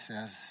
says